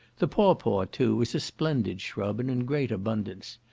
the pawpaw, too, is a splendid shrub, and in great abundance.